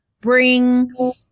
bring